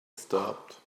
stopped